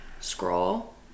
scroll